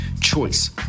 Choice